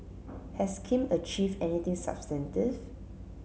has Kim achieve anything substantive